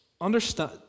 Understand